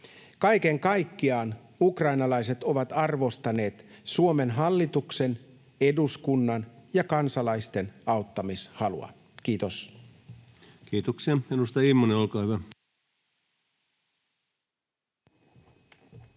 Kaiken kaikkiaan ukrainalaiset ovat arvostaneet Suomen hallituksen, eduskunnan ja kansalaisten auttamishalua. — Kiitos. Kiitoksia. — Edustaja Immonen, olkaa hyvä.